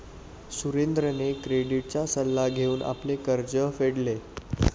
सुरेंद्रने क्रेडिटचा सल्ला घेऊन आपले कर्ज फेडले